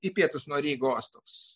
į pietus nuo rygos toks